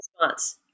response